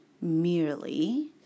Merely